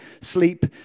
sleep